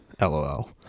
lol